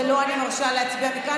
ולו אני מרשה להצביע מכאן.